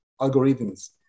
algorithms